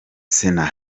sena